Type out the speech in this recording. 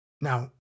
Now